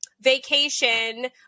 vacation